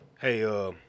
Hey